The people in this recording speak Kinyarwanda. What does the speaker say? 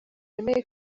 yemeye